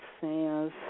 says